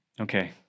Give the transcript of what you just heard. Okay